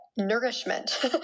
nourishment